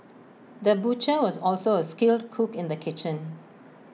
the butcher was also A skilled cook in the kitchen